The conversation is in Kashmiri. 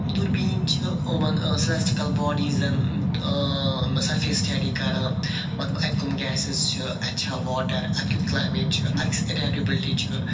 تِم دوٗربیٖن چھِ یِمن سِلٮ۪سٹِکٕل باڈیٖزن سرفیس سِٹیٚڈی کَران مطلب اَتہِ کَم گیسِز چھِ اَتہِ چھا واٹر اَتہِ کیُتھ کٕلایمیٹ چھُ اَتہِ کِس اٮ۪ڈیپٹبِلٹی چھِ